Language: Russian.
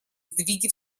сдвиги